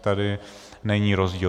Tady není rozdíl.